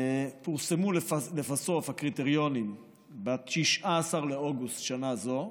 פורסמו לבסוף הקריטריונים ב-19 באוגוסט שנה זו,